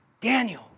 Daniel